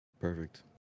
Perfect